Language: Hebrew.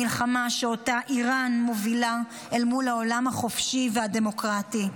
מלחמה שאותה איראן מובילה אל מול העולם החופשי והדמוקרטי.